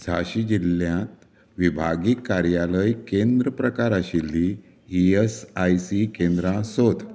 झाँसी जिल्ल्यांत विभागीय कार्यालय केंद्र प्रकार आशिल्लीं ई एस आय सी केंद्रां सोद